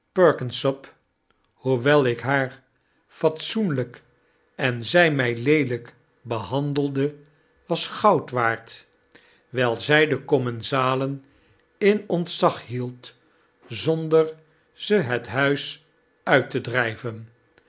perkinsop hoewel ik haar fatsoenlijk enzlj my leelyk behandelde was goud waard wyl zy de commensalen in ontzag hield zonder ze het huis uit te